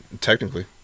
technically